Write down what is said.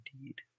indeed